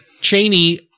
Cheney